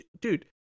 dude